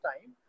time